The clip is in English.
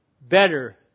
better